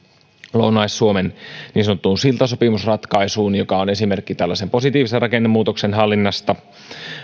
lounais suomen niin sanottuun siltasopimusratkaisuun joka on esimerkki tällaisen positiivisen rakennemuutoksen hallinnasta